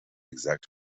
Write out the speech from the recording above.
exact